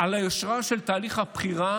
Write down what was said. על היושרה של תהליך הבחירה,